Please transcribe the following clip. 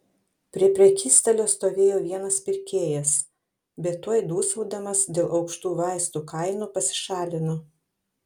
prie prekystalio stovėjo vienas pirkėjas bet tuoj dūsaudamas dėl aukštų vaistų kainų pasišalino